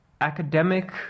academic